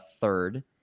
third